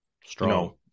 strong